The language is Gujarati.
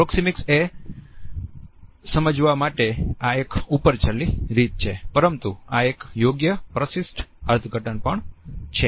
પ્રોક્ષિમિક્સને સમજવા માટે આ એક ઉપરછલ્લી રીત છે પરંતુ આ એક યોગ્ય પ્રશિષ્ટ અર્થઘટન પણ છે